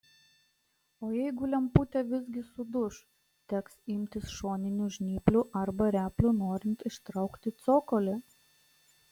o jeigu lemputė visgi suduš teks imtis šoninių žnyplių arba replių norint ištraukti cokolį